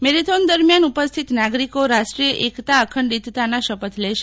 marathon દરમિયાન ઉપસ્થિત નાગરિકો રાષ્ટ્રીય એકતા અખંડિતતાના શપથ લેશે